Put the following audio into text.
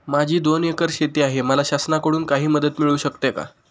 माझी दोन एकर शेती आहे, मला शासनाकडून काही मदत मिळू शकते का?